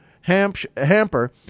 hamper